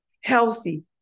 Healthy